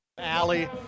alley